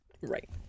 right